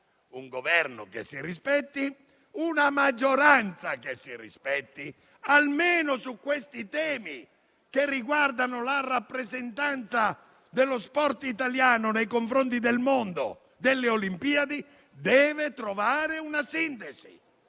Un Governo che si rispetti, una maggioranza che si rispetti, almeno sui temi che riguardano la rappresentanza dello sport italiano nei confronti del mondo delle Olimpiadi, devono trovare una sintesi;